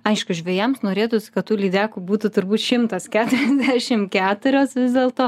aišku žvejams norėtųsi kad tų lydekų būtų turbūt šimtas keturiasdešim keturios vis dėlto